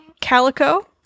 Calico